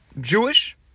Jewish